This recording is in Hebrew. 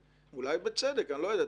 אולי בצדק, אני לא יודע.